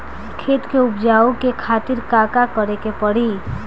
खेत के उपजाऊ के खातीर का का करेके परी?